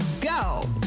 go